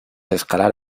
escalar